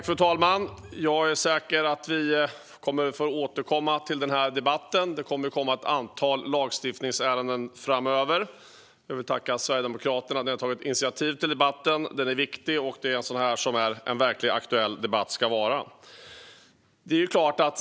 Fru talman! Jag är säker på att vi kommer att få återkomma till ämnet för den här debatten. Det kommer ett antal lagstiftningsärenden framöver. Jag vill tacka Sverigedemokraterna för att de tagit initiativ till debatten. Den är viktig, och det är så en verkligt aktuell debatt ska vara.